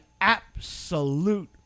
absolute